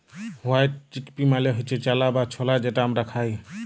white chickpea মালে হচ্যে চালা বা ছলা যেটা হামরা খাই